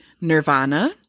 Nirvana